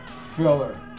Filler